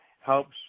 helps